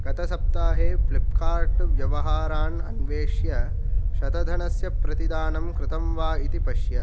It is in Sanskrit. गतसप्ताहे फ़्लिप्कार्ट् व्यवहारान् अन्विष्य शतधनस्य प्रतिदानं कृतं वा इति पश्य